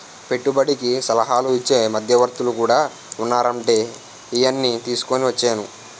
పెట్టుబడికి సలహాలు ఇచ్చే మధ్యవర్తులు కూడా ఉన్నారంటే ఈయన్ని తీసుకుని వచ్చేను